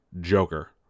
Joker